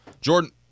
Jordan